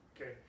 Okay